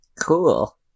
Cool